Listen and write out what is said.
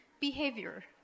behavior